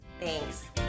Thanks